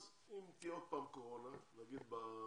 אז, אם תהיה עוד פעם קורונה, נגיד בחורף